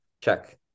Check